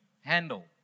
handle